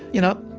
you know,